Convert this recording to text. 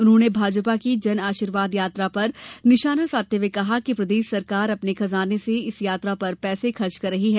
उन्होंने भाजपा की जनआशीर्वाद यात्रा पर निशाना साधते हुए कहा कि प्रदेश सरकार अपने खजाने से इस यात्रा पर पैसे खर्च कर रही है